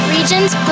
Regions